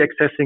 accessing